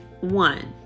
One